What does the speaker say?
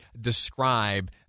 describe